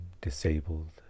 disabled